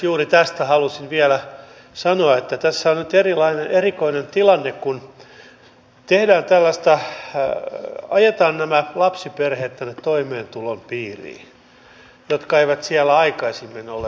juuri tästä halusin vielä sanoa että tässä on nyt erikoinen tilanne kun ajetaan toimeentulotuen piiriin lapsiperheet jotka eivät siellä aikaisemmin ole olleet